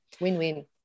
Win-win